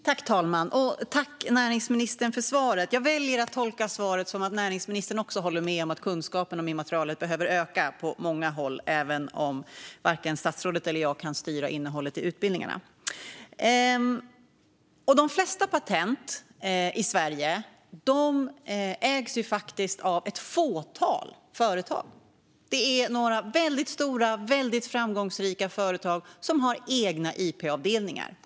Fru talman! Tack, näringsministern, för svaret! Jag väljer att tolka svaret som att näringsministern också håller med om att kunskapen om immaterialrätt behöver öka på många håll, även om varken statsrådet eller jag kan styra innehållet i utbildningarna. De flesta patent i Sverige ägs av ett fåtal företag. Det är några väldigt stora och framgångsrika företag som har egna ip-avdelningar.